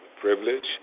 privilege